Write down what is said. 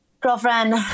Girlfriend